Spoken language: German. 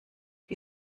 die